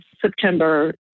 September